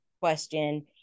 question